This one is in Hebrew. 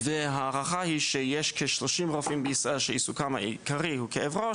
וההערכה היא שיש כ-30 רופאים בישראל שעיסוקם העיקרי הוא כאב ראש,